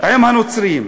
עם הנוצרים.